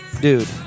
dude